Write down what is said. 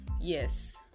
Yes